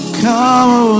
come